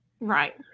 Right